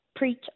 preach